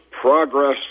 Progress